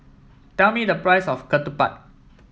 tell me the price of Ketupat